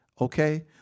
Okay